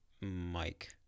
mike